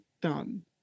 done